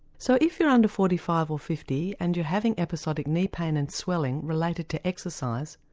so if you're under forty five or fifty and you're having episodic knee pain and swelling related to exercise,